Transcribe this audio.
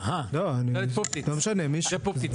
לא משנה, מי שפה.